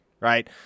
right